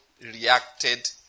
reacted